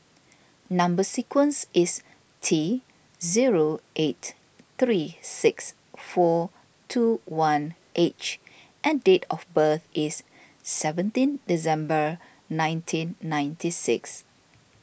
Number Sequence is T zero eight three six four two one H and date of birth is seventeen December nineteen ninety six